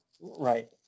right